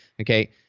Okay